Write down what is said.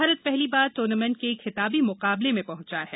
भारत पहली बार दूर्नामेंट के खिताबी मुकाबले में पहुंचा है